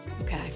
Okay